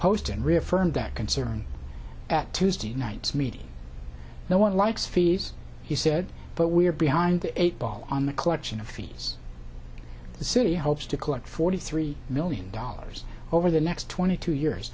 post and reaffirmed that concern at tuesday night's meeting no one likes fees he said but we're behind the eight ball on the collection of fees the city hopes to collect forty three million dollars over the next twenty two years